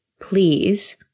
please